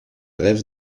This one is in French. rêve